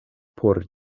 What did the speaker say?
por